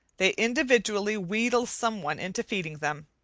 they individually wheedle some one into feeding them.